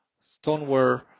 stoneware